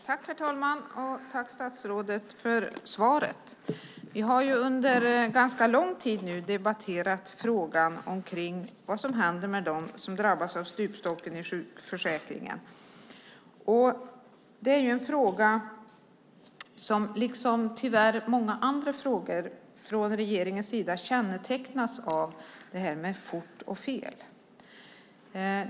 Herr talman! Jag tackar statsrådet för svaret. Vi har under ganska lång tid nu debatterat frågan om vad som händer med dem som drabbas av stupstocken i sjukförsäkringen. Det är en fråga som liksom tyvärr många andra frågor från regeringens sida kännetecknas av fort och fel.